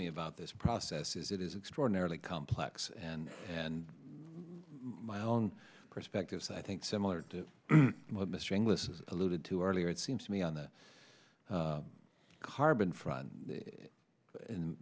me about this process is it is extraordinarily complex and and my own perspectives i think similar to what mr inglis is alluded to earlier it seems to me on the